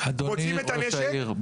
מוצאים את הנשק --- אדוני ראש העיר,